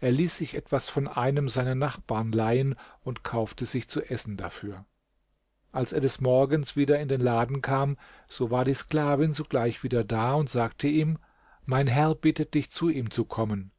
er ließ sich etwas von einem seiner nachbarn leihen und kaufte sich zu essen dafür als er des morgens wieder in den laden kam so war die sklavin sogleich wieder da und sagte ihm mein herr bittet dich zu ihm zu kommen